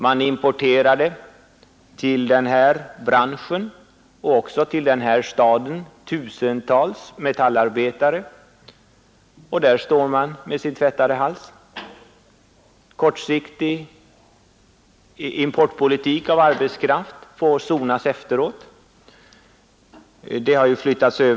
Man importerade till den här branschen, och till den här staden, tusentals metallarbetare — och där står man med sin tvättade hals! Kortsiktig politik när det gäller import av arbetskraft får sonas efteråt.